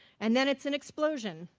and then it's an explosion.